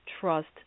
trust